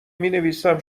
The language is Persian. مینویسم